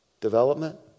development